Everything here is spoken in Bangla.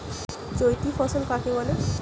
চৈতি ফসল কাকে বলে?